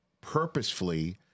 purposefully